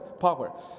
power